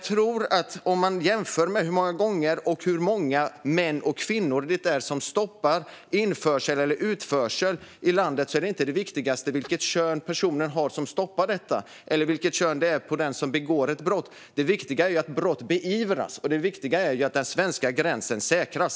När det gäller hur många män och kvinnor det är som stoppar införsel eller utförsel i landet är det viktigaste inte vilket kön personen har som stoppar detta eller vilket kön det är på den som begår ett brott. Det viktiga är att brott beivras och att den svenska gränsen säkras.